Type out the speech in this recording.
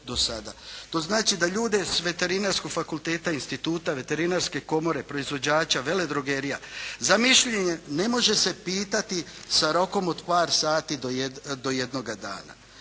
To znači da ljude se Veterinarskog fakulteta, instituta, Veterinarske komore, proizvođača, veledrogerija za mišljenje ne može se pitati sa rokom od par sati do jednoga dana.